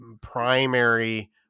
primary